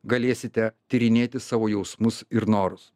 galėsite tyrinėti savo jausmus ir nors